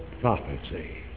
prophecy